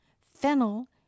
Fennel